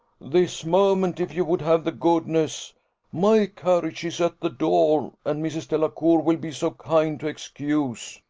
this moment, if you would have the goodness my carriage is at the door and mrs. delacour will be so kind to excuse